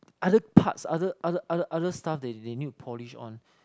other parts other other other other stuff they they need to polish on